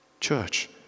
Church